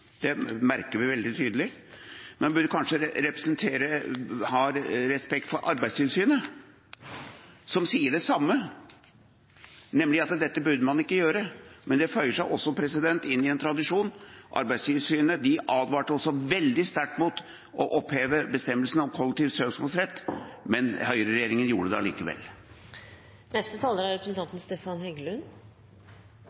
Det merker vi veldig tydelig. Men han burde kanskje ha respekt for Arbeidstilsynet, som sier det samme, nemlig at dette burde man ikke gjøre. Men dette føyer seg også inn i en tradisjon. Arbeidstilsynet advarte også veldig sterkt imot å oppheve bestemmelsen om kollektiv søksmålsrett, men høyreregjeringen gjorde det allikevel. Nå er